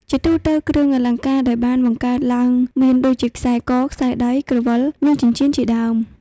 ជាទូទៅគ្រឿងអលង្ការដែលបានបង្កើតឡើងមានដូចជា ខ្សែក ខ្សែដៃ ក្រវិល និងចិញ្ចៀនជាដើម។